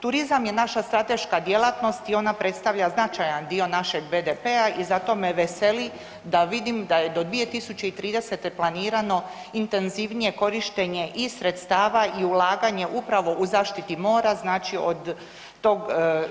Turizam je naša strateška djelatnost i ona predstavlja značajan dio našeg BDP-a i zato me veseli da vidim da je do 2030. planirano intenzivnije korištenje i sredstava i ulaganje upravo u zaštiti mora znači od tog